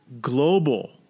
global